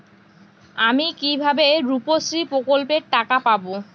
আমি কিভাবে রুপশ্রী প্রকল্পের টাকা পাবো?